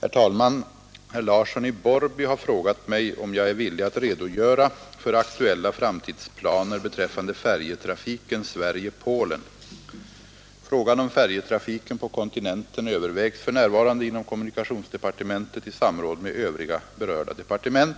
Herr talman! Herr Larsson i Borrby har frågat mig om jag är villig att redogöra för aktuella framtidsplaner beträffande färjetrafiken Sverige— Polen. Frågan om färjetrafiken på kontinenten övervägs för närvarande inom kommunikationsdepartementet i samråd med övriga berörda departement.